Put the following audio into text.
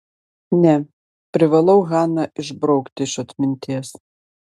ne privalau haną išbraukti iš atminties